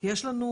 יש היום